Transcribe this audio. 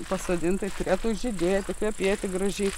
pasodinta i turėtų žydėti kvepėti gražiai